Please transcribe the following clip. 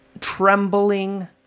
trembling